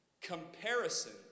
Comparison